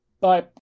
Bye